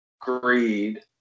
greed